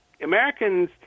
Americans